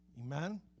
Amen